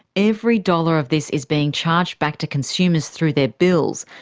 every dollar of this is being charged back to consumers through their bills,